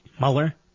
Mueller